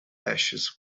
ashes